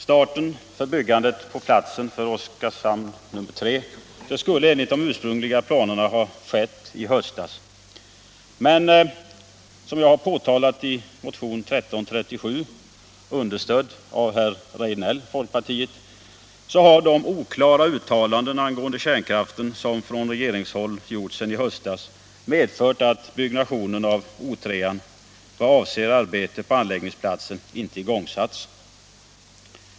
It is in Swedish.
Starten för byggandet på platsen för Oskarshamn 3 skulle enligt de ursprungliga planerna ha ägt rum i höstas, men som jag har påtalat i motion 1337, understödd av herr Rejdnell, folkpartiet, har de oklara uttalandena angående kärnkraften, som från regeringshåll gjorts sedan i höstas, medfört att byggandet av O3 vad avser arbete på anläggningsplatsen inte igångsatts.